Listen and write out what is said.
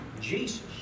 Jesus